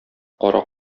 кара